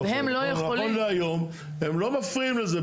נכון להיום הם לא מפריעים לזה,